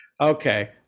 Okay